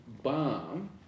Bomb